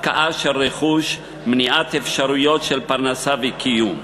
הפקעה של רכוש ומניעת אפשרויות של פרנסה וקיום.